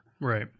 Right